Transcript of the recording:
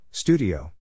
Studio